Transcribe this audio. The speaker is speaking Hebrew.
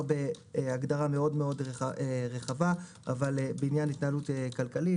בהגדרה מאוד רחבה בעניין התנהלות כלכלית.